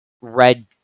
red